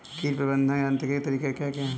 कीट प्रबंधक के यांत्रिक तरीके क्या हैं?